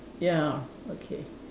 ya okay